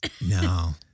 No